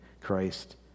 Christ